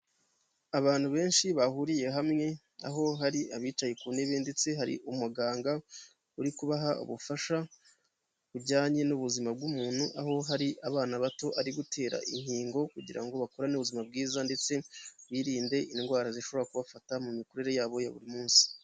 Abantu benshi bahuriye hamwe, aho hari abicaye ku ntebe ndetse hari umuganga uri kubaha ubufasha, bujyanye n'ubuzima bw'umuntu aho hari abana bato ari gutera inkingo kugira ngo bakurane ubuzima bwiza, ndetse birinde indwara zishobora kubafata mu mikurire yabo ya buri munsi.